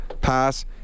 pass